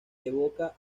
evoca